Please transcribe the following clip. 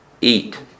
Eat